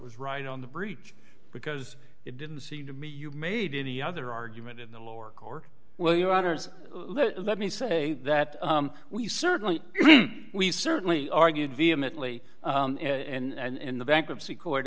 was right on the breach because it didn't seem to me you made any other argument in the lower court well your honor let me say that we certainly we certainly argued vehemently and in the bankruptcy court